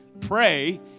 pray